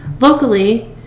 Locally